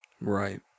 Right